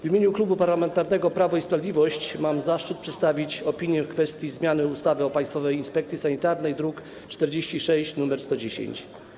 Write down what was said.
W imieniu Klubu Parlamentarnego Prawo i Sprawiedliwość mam zaszczyt przedstawić opinię w sprawie zmiany ustawy o Państwowej Inspekcji Sanitarnej, druki nr 46 i 110.